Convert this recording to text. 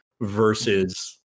versus